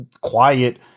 quiet